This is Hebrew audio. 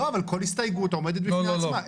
לא, אבל כל הסתייגות עומדת בפני עצמה.